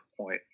point